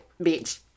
bitch